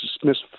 dismissed